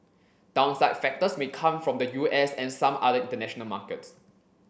downside factors may come from the U S and some other international markets